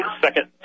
second